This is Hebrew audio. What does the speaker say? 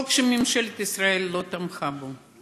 חוק שממשלת ישראל לא תמכה בו.